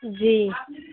جی